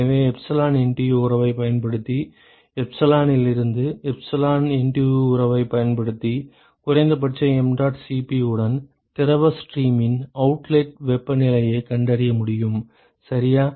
எனவே epsilon NTU உறவைப் பயன்படுத்தி எப்சிலான் இலிருந்து எப்சிலான் NTU உறவைப் பயன்படுத்தி குறைந்தபட்ச mdot Cp உடன் திரவ ஸ்ட்ரீமின் அவுட்லெட் வெப்பநிலையைக் கண்டறிய முடியும் சரியா